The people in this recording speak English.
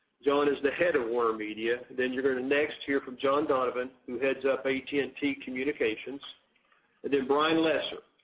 john is the head of warnermedia, then you are going to next hear from john donovan who heads up at and t communications and then brian lesser,